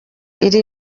iri